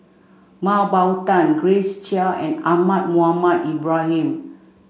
Mah Bow Tan Grace Chia and Ahmad Mohamed Ibrahim